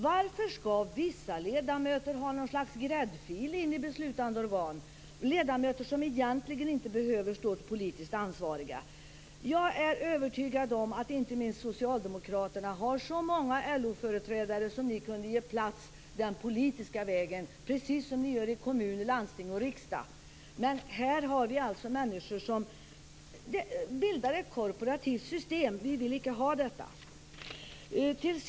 Varför skall vissa ledamöter ha ett slags gräddfil in i beslutande organ, ledamöter som egentligen inte behöver stå som politiskt ansvariga? Jag är övertygad om att inte minst Socialdemokraterna har många LO-företrädare som kunde ges plats den politiska vägen, precis som sker i kommuner, landsting och riksdag. Här har vi alltså människor som bildar ett korporativt system. Vi vill icke ha det så!